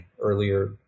earlier